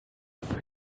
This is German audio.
für